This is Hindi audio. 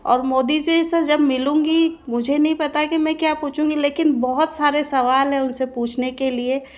ओर मोदी जी से जब मिलूँगी मुझे नहीं पता की मैं क्या पूछूँगी लेकिन बहुत सारे सवाल है उनसे पूछने के लिए